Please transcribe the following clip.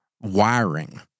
wiring